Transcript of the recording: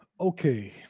Okay